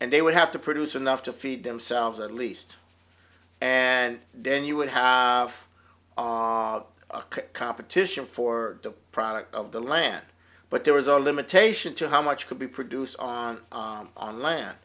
and they would have to produce enough to feed themselves at least and then you would have competition for the product of the land but there was a limitation to how much could be produced on on land